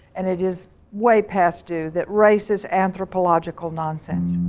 and it is way past due, that race is anthropological nonsense.